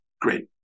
Great